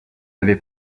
avait